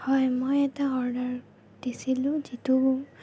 হয় মই এটা অৰ্ডাৰ দিছিলোঁ যিটো